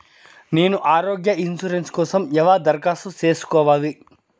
నేను ఆరోగ్య ఇన్సూరెన్సు కోసం ఎలా దరఖాస్తు సేసుకోవాలి